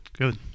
Good